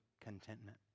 contentment